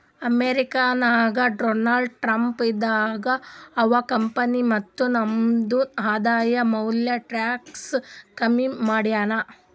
America ನಾಗ್ Donald Trump ಇದ್ದಾಗ ಅವಾ ಕಂಪನಿ ಮತ್ತ ನಮ್ದು ಆದಾಯ ಮ್ಯಾಲ ಟ್ಯಾಕ್ಸ್ ಕಮ್ಮಿ ಮಾಡ್ಯಾನ್